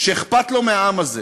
שאכפת לו מהעם הזה,